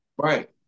Right